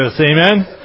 amen